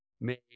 made